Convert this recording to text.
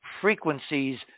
frequencies